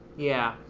yeah.